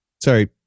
Sorry